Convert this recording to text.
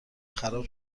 خراب